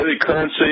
currency